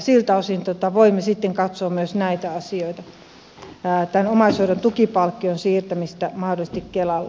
siltä osin voimme sitten katsoa myös näitä asioita tämän omaishoidon tukipalkkion siirtämistä mahdollisesti kelalle